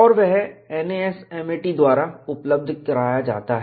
और वह NASMAT द्वारा उपलब्ध कराया जाता है